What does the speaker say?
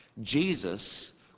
Jesus